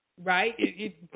Right